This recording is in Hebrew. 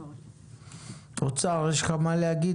נציג האוצר, יש לך מה להגיד?